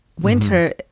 Winter